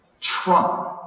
Trump